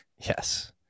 Yes